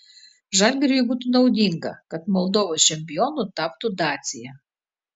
žalgiriui būtų naudinga kad moldovos čempionu taptų dacia